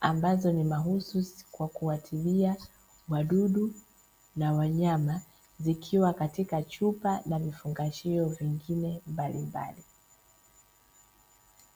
ambazo ni mahususi kwa kuwatibia wadudu na wanyama, zikiwa katika chupa na vifungashio vingine mbalimbali.